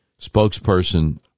spokesperson